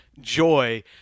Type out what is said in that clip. joy